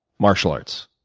martial arts?